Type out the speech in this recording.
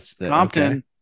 Compton